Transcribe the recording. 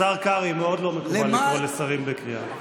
השר קרעי, מאוד לא מקובל לקרוא לשרים בקריאה.